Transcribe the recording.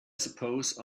suppose